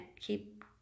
keep